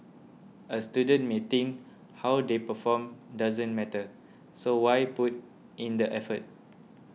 a student may think how they perform doesn't matter so why put in the effort